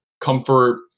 comfort